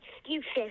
excuses